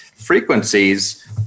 frequencies